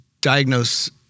diagnose